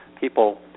people